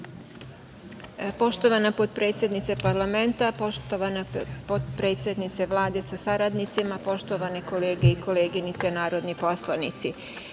Poštovana potpredsednice Parlamenta, poštovana potpredsednice Vlade sa saradnicima, poštovane kolege i koleginice narodni poslanici,